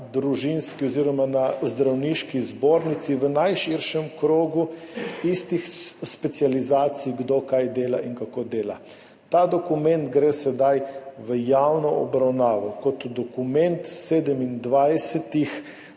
tudi razprava na Zdravniški zbornici v najširšem krogu istih specializacij, kdo kaj dela in kako dela. Ta dokument gre sedaj v javno obravnavo kot dokument 27